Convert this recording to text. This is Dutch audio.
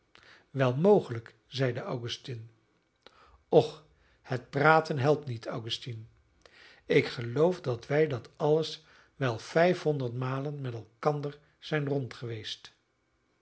wel mogelijk zeide augustine och het praten helpt niet augustine ik geloof dat wij dat alles wel vijfhonderd malen met elkander zijn rond geweest